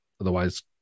otherwise